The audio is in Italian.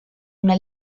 una